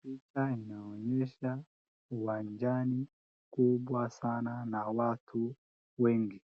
Picha inaonyesha uwanjani kubwa sana na watu wengi,